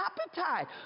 appetite